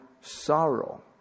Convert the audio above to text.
sorrow